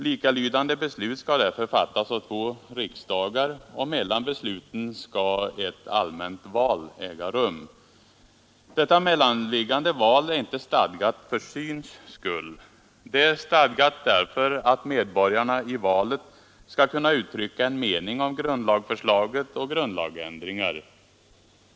Likalydande beslut skall därför fattas av två riksdagar, och mellan besluten skall ett allmänt val äga rum. Detta mellanliggande val är inte stadgat för syns skull. Det är stadgat därför att medborgarna i valet skall kunna uttrycka en mening om grundlagsförslag och grundlagsändringar.